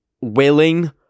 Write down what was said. willing